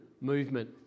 movement